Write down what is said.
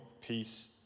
peace